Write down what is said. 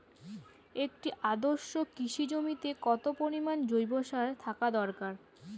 একটি আদর্শ কৃষি জমিতে কত পরিমাণ জৈব সার থাকা দরকার?